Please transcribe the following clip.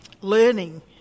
learning